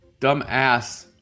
dumbass